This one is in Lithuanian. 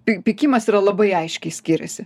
py pykimas yra labai aiškiai skiriasi